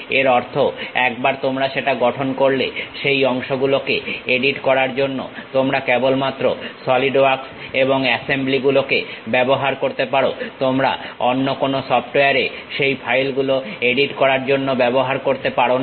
এর অর্থ একবার তোমরা সেটা গঠন করলে সেই অংশগুলোকে এডিট করার জন্য তোমরা কেবলমাত্র সলিড ওয়ার্কস এবং অ্যাসেম্বলিগুলোকে ব্যবহার করতে পারো তোমরা অন্য কোনো সফটওয়্যার সেই ফাইলগুলো এডিট করার জন্য ব্যবহার করতে পারো না